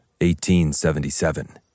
1877